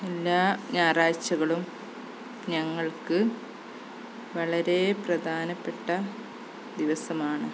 എല്ലാ ഞായറാഴ്ചകളും ഞങ്ങൾക്ക് വളരെ പ്രധാനപ്പെട്ട ദിവസമാണ്